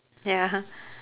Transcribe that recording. ya